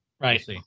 right